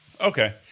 Okay